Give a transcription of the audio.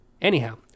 Anyhow